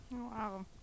wow